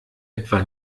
etwa